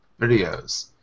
videos